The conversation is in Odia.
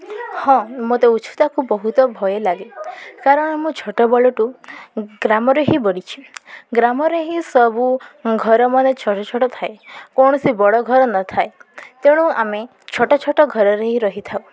ହଁ ମୋତେ ଉଚ୍ଚତାକୁ ବହୁତ ଭୟ ଲାଗେ କାରଣ ମୁଁ ଛୋଟ ବେଳଠୁ ଗ୍ରାମରେ ହିଁ ବଢ଼ିଛି ଗ୍ରାମରେ ହିଁ ସବୁ ଘରମାନେ ଛୋଟ ଛୋଟ ଥାଏ କୌଣସି ବଡ଼ ଘର ନଥାଏ ତେଣୁ ଆମେ ଛୋଟ ଛୋଟ ଘରରେ ହିଁ ରହିଥାଉ